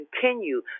continue